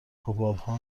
حبابها